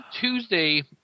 Tuesday